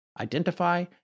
identify